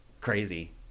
Crazy